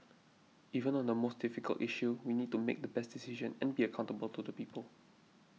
even on the most difficult issue we need to make the best decision and be accountable to people